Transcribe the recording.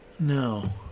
No